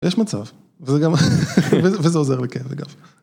יש מצב, וזה גם... וזה עוזר לכאבי גב.